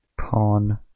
Pawn